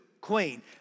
queen